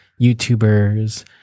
YouTubers